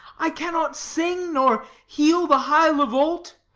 i cannot sing, nor heel the high lavolt,